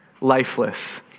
lifeless